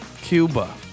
Cuba